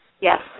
Yes